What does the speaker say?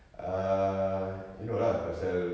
err you know lah pasal